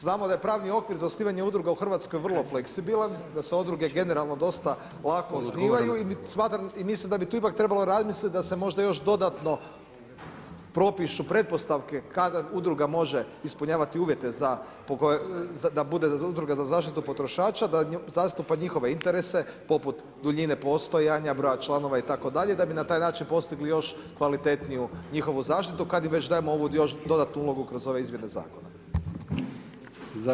Znamo da je pravni okvir za osnivanje udruga u Hrvatskoj vrlo fleksibilan, da su udruge generalno dosta lako osnivaju i mislim da bi tu ipak trebalo razmislit da se možda još dodatno propišu pretpostavke kada udruga može ispunjavati uvjete da bude udruga za zaštitu potrošača, da zastupa njihove interese, poput duljine postojanja, broja članova itd. da bi na taj način postigli još kvalitetniju njihovu zaštitu kad im već dajemo ovu još dodatnu ulogu kroz ove izmjene zakona.